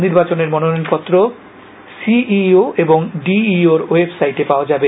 নির্বাচনের মনোনয়নপত্র C E O এবং ডি ই ও র ওয়েব সাইটে পাওয়া যাবে